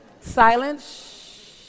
Silence